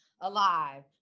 Alive